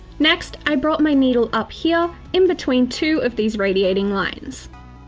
next, i brought my needle up here, in between two of these radiating lines.